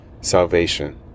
salvation